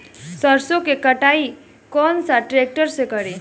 सरसों के कटाई कौन सा ट्रैक्टर से करी?